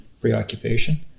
preoccupation